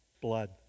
blood